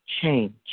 change